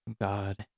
God